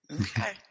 Okay